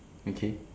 okay